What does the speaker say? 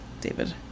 David